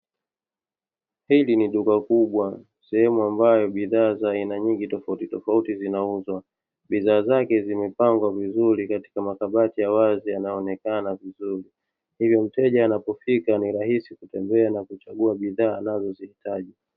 Hili ni duka kubwa sehemu ambayo bidhaa za aina nyingi tofautitofauti zinauzwa, bidhaa zake zimepangwa vizuri katika makabati ya wazi yanayoonekana vizuri. Hivyo mteja anapofika ni rahisi kutembea na kuchagua bidhaa anazozihitaji.